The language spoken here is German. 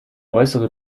äußere